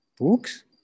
Books